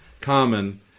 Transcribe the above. Common